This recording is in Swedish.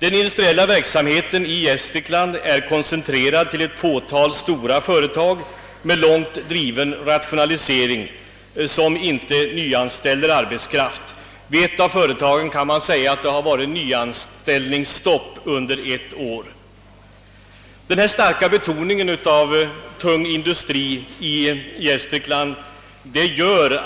Den industriella verksamheten i Gästrikland är koncentrerad till ett fåtal stora företag med långt driven rationalisering vilka inte nyanställer arbetskraft. Vid ett av företagen kan det sägas ha rått nyanställningsstopp under det senaste året. Denna starka betoning av tung industri i Gästrikland gör